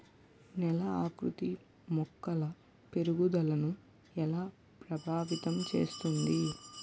నేల ఆకృతి మొక్కల పెరుగుదలను ఎలా ప్రభావితం చేస్తుంది?